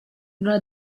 una